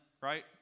Right